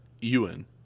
Ewan